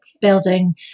building